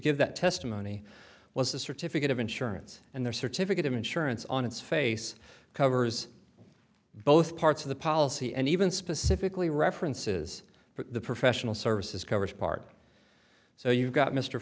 give that testimony was a certificate of insurance and their certificate of insurance on its face covers both parts of the policy and even specifically references but the professional services covers part so you got mr